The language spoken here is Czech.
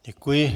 Děkuji.